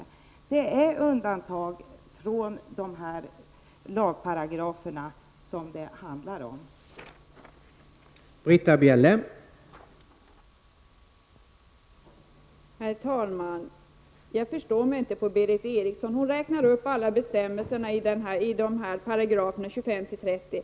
Det är alltså fråga om att göra undantag från dessa lagparagrafer.